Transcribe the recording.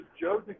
Joe